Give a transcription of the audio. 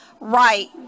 right